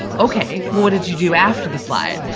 ok. well what did you do after the slide.